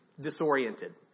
disoriented